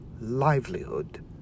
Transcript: livelihood